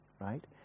Right